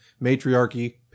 matriarchy